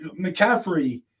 McCaffrey